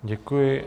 Děkuji.